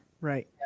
Right